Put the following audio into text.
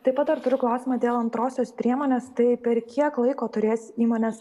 taip pat dar turiu klausimą dėl antrosios priemonės tai per kiek laiko turės įmonės